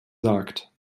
sagt